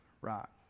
rock